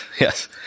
Yes